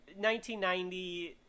1990